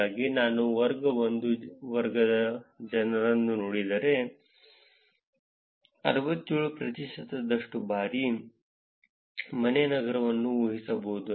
ಹಾಗಾಗಿ ನಾನು ವರ್ಗ 1 ವರ್ಗದ ಜನರನ್ನು ನೋಡಿದರೆ 67 ಪ್ರತಿಶತದಷ್ಟು ಬಾರಿ ಮನೆ ನಗರವನ್ನು ಊಹಿಸಬಹುದು